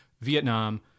vietnam